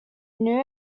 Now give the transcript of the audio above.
new